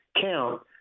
count